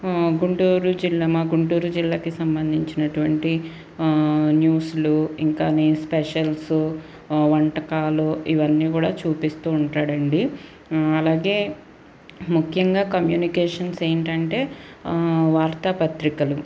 గుంటూరు జిల్లా మా గుంటూరు జిల్లాకి సంబంధించినటువంటివి న్యూస్లు ఇంకాని స్పెషల్స్ వంటకాలు ఇవన్నీ కూడా చూపిస్తూ ఉంటాడండి అలాగే ముఖ్యంగా కమ్యూనికేషన్స్ ఏంటంటే వార్తాపత్రికలు